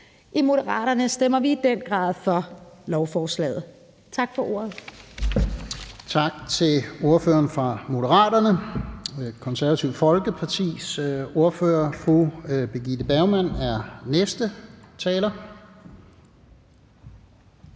I Moderaterne stemmer vi i den grad for lovforslaget. Tak for ordet.